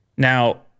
Now